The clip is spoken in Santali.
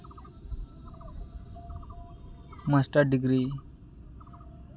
master degree